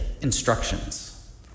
instructions